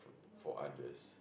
for others